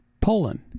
Poland